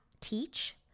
teach